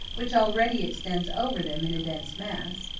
which already extends over them in a dense mass,